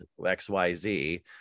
XYZ